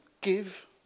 give